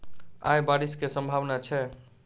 आय बारिश केँ सम्भावना छै?